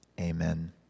Amen